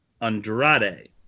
Andrade